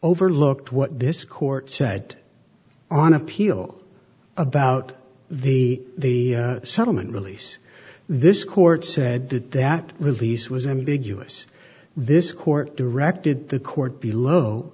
overlooked what this court said on appeal about the the settlement release this court said that that release was ambiguous this court directed the court be lo